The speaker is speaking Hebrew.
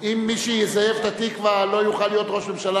אם מי שיזייף את "התקווה" לא יוכל להיות ראש ממשלה,